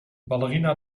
ballerina